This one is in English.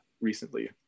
recently